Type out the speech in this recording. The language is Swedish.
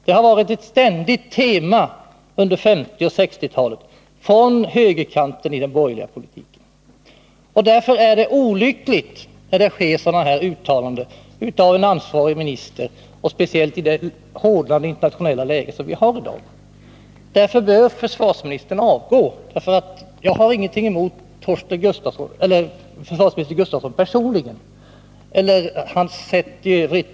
Det har varit ett ständigt tema under 1950 och 1960-talen från högerkanten i den borgerliga politiken. Därför är det olyckligt när det görs sådana här uttalanden av en ansvarig minister, speciellt i det hårdnande internationella läge som vi har i dag. Därför bör försvarsministern avgå. Jag har ingenting emot försvarsminister Gustafsson personligen, och jag har ingenting emot hans sätt i övrigt.